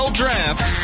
draft